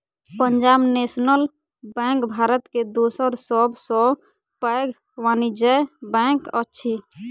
Punjab National Bank Bharat के दोसर सब सॅ पैघ वाणिज्य बैंक अछि